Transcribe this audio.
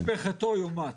איש בחטאו יומת.